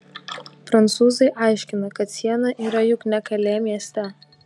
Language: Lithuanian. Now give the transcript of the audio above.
prancūzai aiškina kad siena yra juk ne kalė mieste